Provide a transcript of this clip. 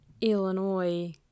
Illinois